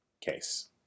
case